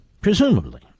presumably